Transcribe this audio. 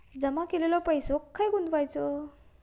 जमा केलेलो पैसो खय गुंतवायचो?